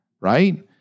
right